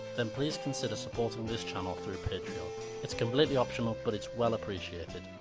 then please consider supporting this channel through patreon it's completely optional, but it's well appreciated.